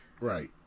Right